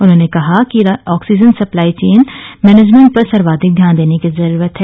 उन्होंने कहा कि आक्सीजन सप्लाई चेन मैनेजमेंट पर सर्वाधिक ध्यान देने की जरूरत है